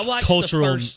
cultural